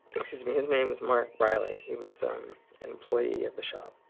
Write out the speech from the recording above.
excuse me. his name was mark reilly. he was an employee of the shop.